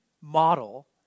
model